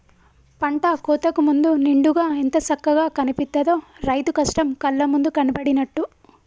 పంట కోతకు ముందు నిండుగా ఎంత సక్కగా కనిపిత్తదో, రైతు కష్టం కళ్ళ ముందు కనబడినట్టు